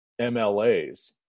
MLAs